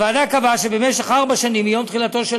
הוועדה קבעה שבמשך ארבע שנים מיום תחילתו של